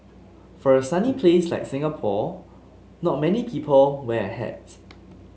for a sunny place like Singapore not many people wear a hat